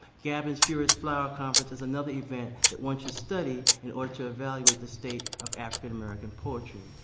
gabbin's furious flower conference is another event that once you study in order to evaluate the state of african american poetry.